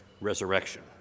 resurrection